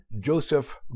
Joseph